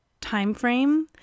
timeframe